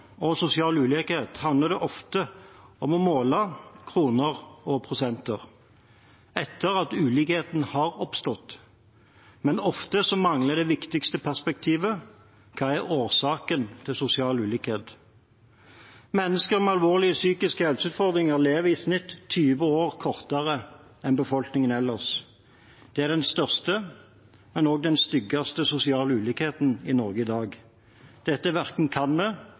og sosial ulikhet handler det ofte om å måle kroner og prosenter etter at ulikheten har oppstått. Men ofte mangler det viktigste perspektivet: Hva er årsakene til sosial ulikhet? Mennesker med alvorlige psykiske helseutfordringer lever i snitt 20 år kortere enn befolkningen ellers. Det er den største og styggeste sosiale ulikheten i Norge i dag. Dette verken kan eller bør vi